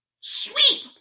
Sweep